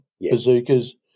bazookas